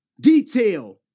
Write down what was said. Detail